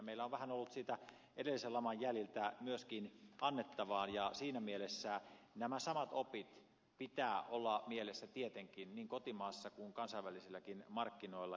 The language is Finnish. meillä on ollut edellisen laman jäljiltä myöskin vähän annettavaa ja siinä mielessä näiden samojen oppien pitää olla mielessä tietenkin niin kotimaassa kuin kansainvälisilläkin markkinoilla